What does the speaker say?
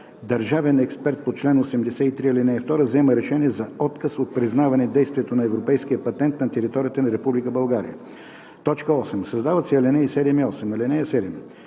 държавен експерт по чл. 83, ал. 2 взема решение за отказ от признаване действието на европейския патент на територията на Република България.“ 8. Създават се ал. 7 и 8: „(7)